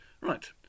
Right